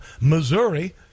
missouri